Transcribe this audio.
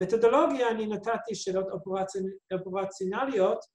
‫מתודולוגיה אני נתתי ‫שאלות אופורציונליות.